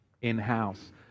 in-house